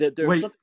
Wait